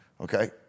Okay